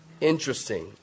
Interesting